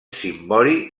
cimbori